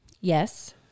Yes